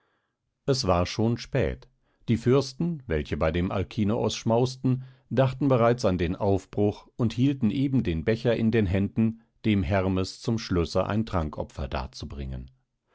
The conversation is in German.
es war schon spät die fürsten welche bei dem alkinoos schmausten dachten bereits an den aufbruch und hielten eben den becher in den händen dem hermes zum schlusse ein trankopfer darzubringen